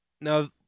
Now